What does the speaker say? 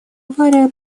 авария